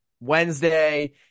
wednesday